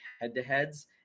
head-to-heads